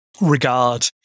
regard